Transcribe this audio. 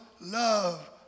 love